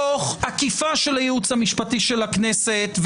תוך עקיפה של הייעוץ המשפטי של הכנסת,